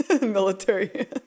military